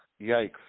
yikes